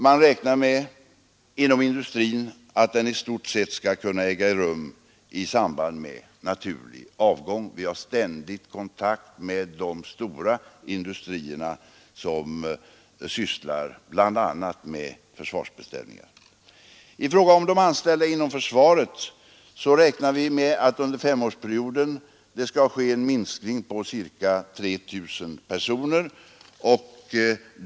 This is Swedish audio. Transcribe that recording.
Man förutsätter inom industrin att den i stort sett skall äga rum i samband med naturlig avgång. Vi har ständigt kontakt med de stora industrier som sysslar med försvarsbeställningar. I fråga om de anställda inom försvaret räknar vi med att det under femårsperioden skall ske en minskning på ca 3 000 personer.